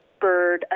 bird